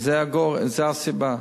זו הסיבה.